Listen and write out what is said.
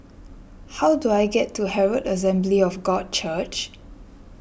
how do I get to Herald Assembly of God Church